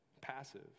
Passive